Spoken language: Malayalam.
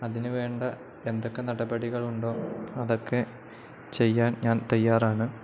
അതിനു വേണ്ട എന്തൊക്കെ നടപടികളുണ്ടോ അതൊക്കെ ചെയ്യാൻ ഞാൻ തയ്യാറാണ്